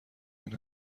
این